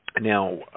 Now